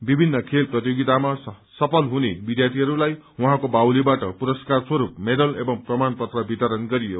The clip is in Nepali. विभिन्न खेल प्रतियोगितामा सफल हुने विद्यार्थीहरूलाई उहाँको बाहुलीबाट पुरस्कार रूवरूप मेडल एवं प्रमाण पत्र वितरण गरियो